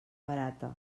barata